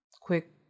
quick